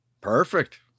Perfect